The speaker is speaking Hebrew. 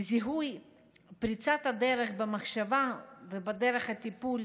וזוהי פריצת דרך במחשבה ובדרך הטיפול,